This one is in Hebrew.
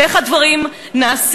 ואיך הדברים נעשים?